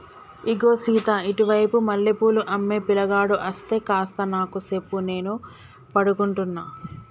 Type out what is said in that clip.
ఇగో సీత ఇటు వైపు మల్లె పూలు అమ్మే పిలగాడు అస్తే కాస్త నాకు సెప్పు నేను పడుకుంటున్న